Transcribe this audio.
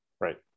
Right